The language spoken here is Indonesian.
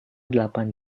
delapan